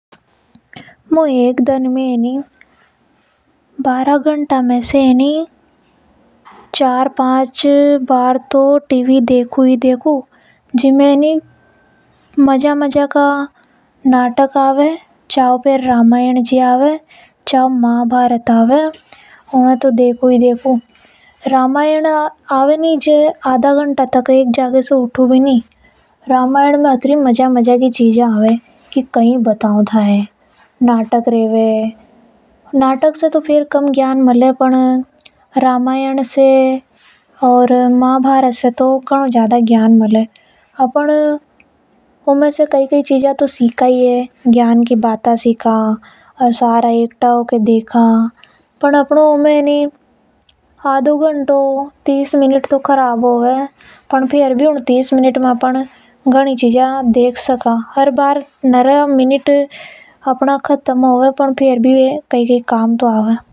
मु है नि बारह घंटा में से चार पांच बार तो टीवी देखूं ही देखू। मु ज्यादातर वे चैनल देखूं जीमें सबसे ज्यादा रामायण, महाभारत कृष्ण लीला ये सब आवे। जद रामायण देखू नि झ मु आदा घंटा तक तो उतू बी नि। उन में घनी अच्छी अच्छी चीज़ मिले देखने के लिए। उसे अपन न ज्ञान भी मिले। जट नो रामायण से अपन न ज्ञान मिले उतनो तो नाटक से भी नि मिले। जिसे अपन न टीवी में भी बढ़िया प्रोग्राम ही देखना चाव है।